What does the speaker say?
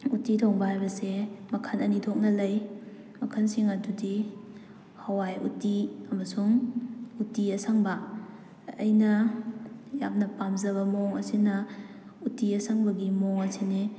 ꯎꯇꯤ ꯊꯣꯡꯕ ꯍꯥꯏꯕꯁꯦ ꯃꯈꯜ ꯑꯅꯤ ꯊꯣꯛꯅ ꯂꯩ ꯃꯈꯜꯁꯤꯡ ꯑꯗꯨꯗꯤ ꯍꯋꯥꯏ ꯎꯇꯤ ꯑꯃꯁꯨꯡ ꯎꯇꯤ ꯑꯁꯪꯕ ꯑꯩꯅ ꯌꯥꯝꯅ ꯄꯥꯝꯖꯕ ꯃꯑꯣꯡ ꯑꯁꯤꯅ ꯎꯇꯤ ꯑꯁꯪꯕꯒꯤ ꯃꯑꯣꯡ ꯑꯁꯤꯅꯤ